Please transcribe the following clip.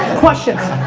questions?